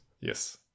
Yes